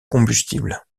combustible